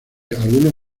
algunos